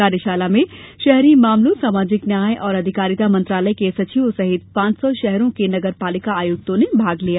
कार्यशाला में शहरी मामलों सामाजिक न्याय और अधिकारिता मंत्रालय के सचिवों सहित पांच सौ शहरों के नगरपालिका आयुक्तों ने भाग लिया